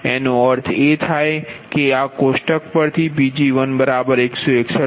એનો અર્થ એ થાય કે આ કોષ્ઠક પરથી Pg1 161